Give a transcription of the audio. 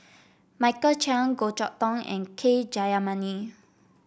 Michael Chiang Goh Chok Tong and K Jayamani